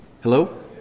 Hello